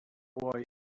boy